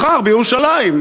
מחר, בירושלים.